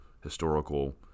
historical